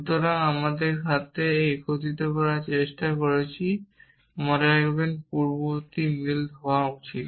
সুতরাং আমরা এই সাথে একত্রিত করার চেষ্টা করছি মনে রাখবেন পূর্ববর্তী মিল হওয়া উচিত